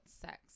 sex